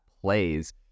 plays